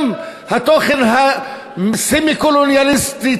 גם התוכן הסמי-קולוניאליסטי,